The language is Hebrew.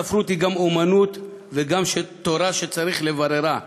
הספרות היא גם אמנות" וגם תורה שצריך לבררה.